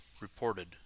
reported